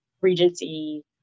Regency